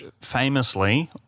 famously